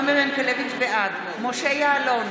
בעד משה יעלון,